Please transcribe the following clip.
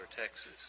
Texas